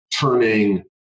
turning